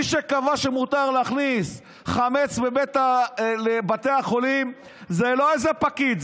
מי שקבע שמותר להכניס חמץ לבתי החולים זה לא איזה פקיד,